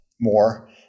more